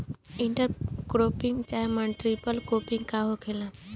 Inter cropping चाहे multiple cropping का होखेला?